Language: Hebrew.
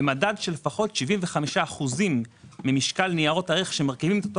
ומדד שלפחות 75% ממשקל ניירות הערך שמרכיבים אותו,